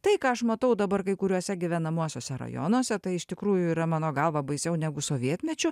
tai ką aš matau dabar kai kuriuose gyvenamuosiuose rajonuose tai iš tikrųjų yra mano galva baisiau negu sovietmečiu